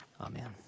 Amen